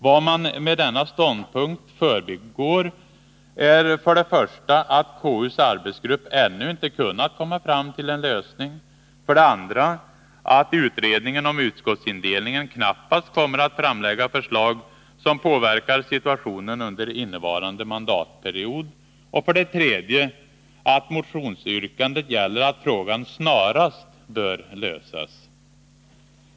Vad man med denna ståndpunkt förbigår är för det första att KU:s arbetsgrupp ännu inte kunnat komma fram till en lösning, för det andra att utredningen om utskottsindelningen knappast kommer att framlägga förslag som påverkar situationen under innevarande mandatperiod, och för det tredje att motionsyrkandet gäller att frågan snarast bör lösas.